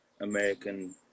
American